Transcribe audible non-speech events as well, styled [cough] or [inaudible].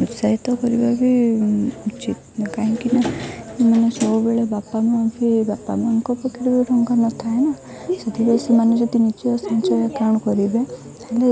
ଉତ୍ସାହିତ କରିବା ବି ଉଚିତ୍ କାହିଁକିନା ସେମାନେ ସବୁବେଳେ ବାପା ମାଆ [unintelligible] ବାପା ମାଆଙ୍କ ପାଖରେ ଟଙ୍କା ନଥାଏ ନା ସେଥିପାଇଁ ସେମାନେ ଯଦି ନିଜ ସଞ୍ଚୟ ଆକାଉଣ୍ଟ୍ କରିବେ ତା'ହେଲେ